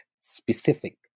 specific